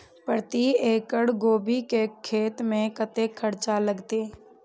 प्रति एकड़ गोभी के खेत में कतेक खर्चा लगते?